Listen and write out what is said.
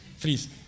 please